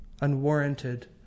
unwarranted